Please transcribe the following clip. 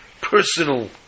personal